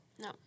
No